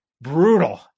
brutal